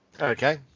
Okay